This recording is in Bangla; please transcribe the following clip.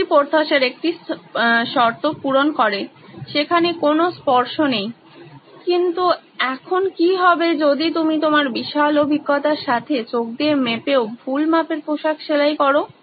এটি পোর্থসের একটি শর্ত পূরণ করে সেখানে কোনো স্পর্শ নেই এখন কি হবে যদি তুমি তোমার বিশাল অভিজ্ঞতার সাথে চোখ দিয়ে মেপেও ভুল মাপের পোশাক সেলাই করো